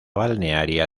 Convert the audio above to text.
balnearia